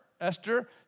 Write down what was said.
Esther